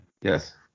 Yes